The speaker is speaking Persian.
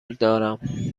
دارم